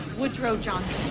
woodrow johnson